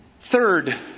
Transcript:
Third